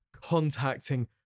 contacting